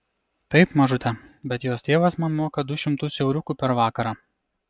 taip mažute bet jos tėvas man moka du šimtus euriukų per vakarą